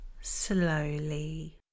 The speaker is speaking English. slowly